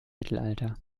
mittelalter